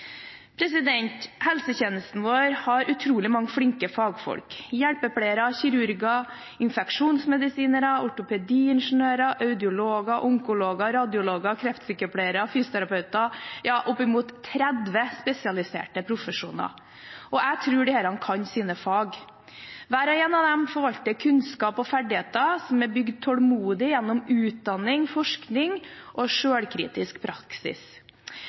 høringen. Helsetjenesten vår har utrolig mange flinke fagfolk: hjelpepleiere, kirurger, infeksjonsmedisinere, ortopediingeniører, audiologer, onkologer, radiologer, kreftsykepleiere, fysioterapeuter – ja, opp mot 30 spesialiserte profesjoner. Jeg tror disse kan sine fag. Hver og en av dem forvalter kunnskap og ferdigheter som er bygd tålmodig gjennom utdanning, forskning og selvkritisk praksis.